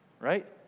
right